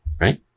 right